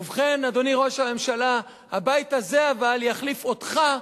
ובכן, אדוני ראש הממשלה, אבל הבית הזה יחליף אותך,